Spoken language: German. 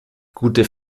gute